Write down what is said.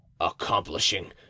Accomplishing